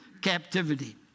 captivity